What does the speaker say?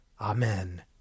Amen